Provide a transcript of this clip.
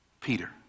Peter